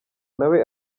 nawe